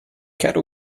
quero